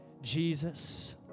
Jesus